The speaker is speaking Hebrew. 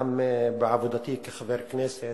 גם בעבודתי כחבר כנסת,